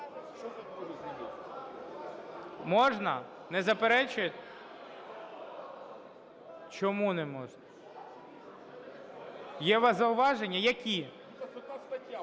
Можна? Не заперечуєте? Чому не можна? Є у вас зауваження? Які?